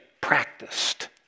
practiced